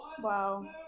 Wow